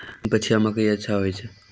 तीन पछिया मकई अच्छा होय छै?